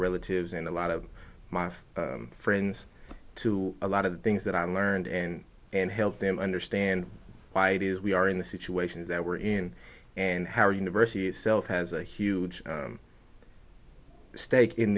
relatives and a lot of my friends to a lot of the things that i learned and and help them understand why it is we are in the situations that we're in and how university itself has a huge stake in